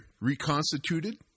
reconstituted